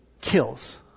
kills